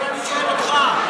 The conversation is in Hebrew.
אבל אני שואל אותך: